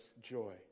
joy